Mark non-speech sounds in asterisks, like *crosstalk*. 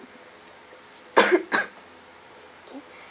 *coughs*